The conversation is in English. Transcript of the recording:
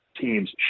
teams